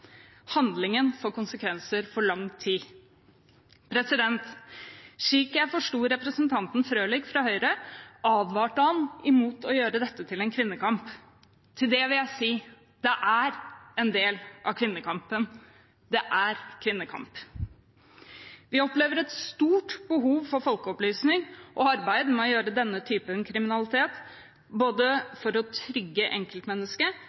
Handlingen får konsekvenser for lang tid. Slik jeg forsto representanten Frølich fra Høyre, advarte han imot å gjøre dette til en kvinnekamp. Til det vil jeg si: Det er en del av kvinnekampen; det er kvinnekamp. Vi opplever et stort behov for folkeopplysning og for arbeid mot denne typen kriminalitet, både for å trygge enkeltmennesket